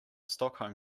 stockholm